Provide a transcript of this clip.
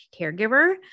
caregiver